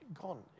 gone